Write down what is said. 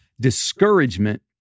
discouragement